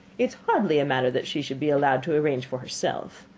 it is hardly a matter that she could be allowed to arrange for herself.